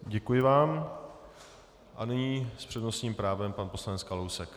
Děkuji vám a nyní s přednostním právem pan poslanec Kalousek.